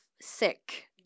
sick